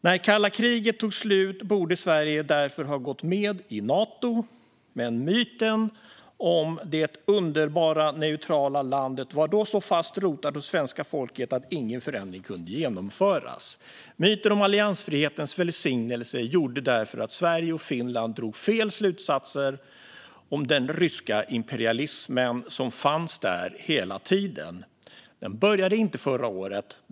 När kalla kriget tog slut borde Sverige därför ha gått med i Nato, men myten om det underbara neutrala landet var då så fast rotad hos svenska folket att ingen förändring kunde genomföras. Myten om alliansfrihetens välsignelse gjorde därför att Sverige och Finland drog fel slutsatser om den ryska imperialismen, som fanns där hela tiden. Den började inte förra året.